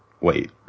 wait